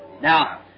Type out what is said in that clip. Now